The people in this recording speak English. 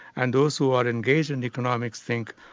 and those who are engaged in economics think,